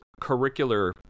curricular